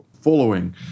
following